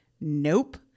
Nope